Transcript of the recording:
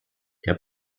der